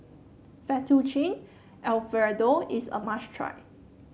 Fettuccine Alfredo is a must try